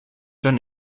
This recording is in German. dann